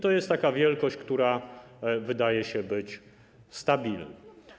To jest taka wielkość, która wydaje się stabilna.